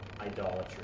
idolatry